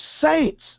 Saints